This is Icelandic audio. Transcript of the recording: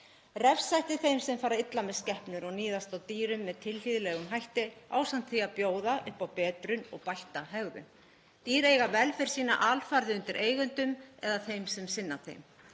Refsa ætti þeim sem fara illa með skepnur og níðast á dýrum með tilhlýðilegum hætti ásamt því að bjóða upp á betrun og bætta hegðun. Dýr eiga velferð sína alfarið undir eigendum eða þeim sem sinna þeim.